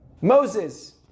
Moses